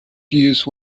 use